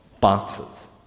boxes